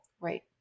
Right